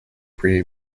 pre